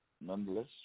nonetheless